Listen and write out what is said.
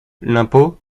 l’impôt